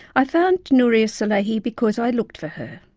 i found nouria salehi because i looked for her.